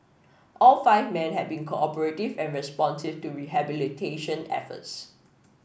all five men had been cooperative and responsive to rehabilitation efforts